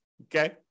okay